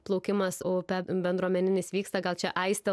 plaukimas upe bendruomeninis vyksta gal čia aistė